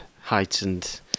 heightened